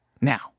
now